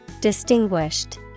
Distinguished